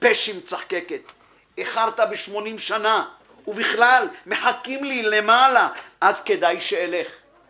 טיפש היא מצחקקת/ איחרת ב-80 שנה/ ובכלל מחכים לי למעלה/ אז כדאי שאלך//